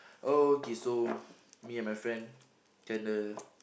okay so me and my friend kinda